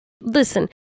Listen